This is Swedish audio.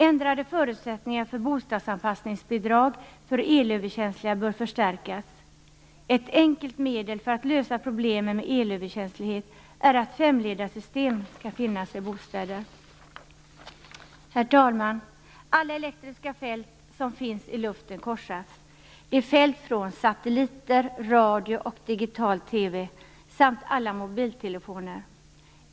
Ändrade förutsättningar för bostadsanpassningsbidrag för elöverkänsliga bör förstärkas. Ett enkelt medel för att lösa problemen med elöverkänslighet är ett femledarsystem i bostäder. Herr talman! Alla elektriska fält som finns i luften korsas. Det är fält från satelliter, radio och digital-TV samt alla mobiltelefoner.